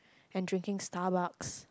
and drinking Starbucks